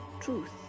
truth